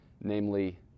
namely